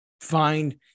find